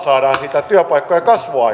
saadaan niitä työpaikkoja ja kasvua